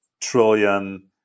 trillion